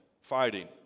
fighting